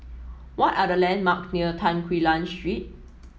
what are the landmarks near Tan Quee Lan Street